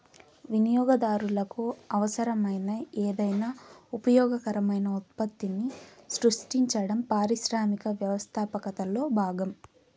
వినియోగదారులకు అవసరమైన ఏదైనా ఉపయోగకరమైన ఉత్పత్తిని సృష్టించడం పారిశ్రామిక వ్యవస్థాపకతలో భాగం